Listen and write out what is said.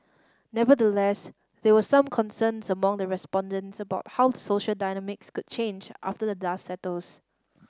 nevertheless there were some concerns among the respondents about how the social dynamics could change after the dust settles